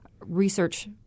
research